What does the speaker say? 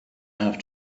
have